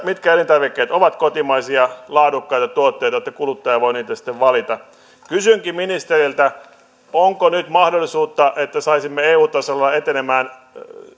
mitkä elintarvikkeet ovat kotimaisia laadukkaita tuotteita jotta kuluttaja voi niitä sitten valita kysynkin ministeriltä onko nyt mahdollisuutta että saisimme eu tasolla etenemään